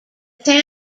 town